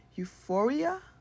Euphoria